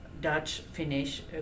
Dutch-Finnish